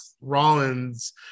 Rollins